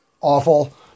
awful